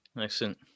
Excellent